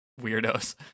weirdos